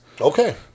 Okay